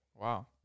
Wow